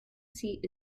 seat